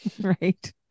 right